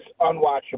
unwatchable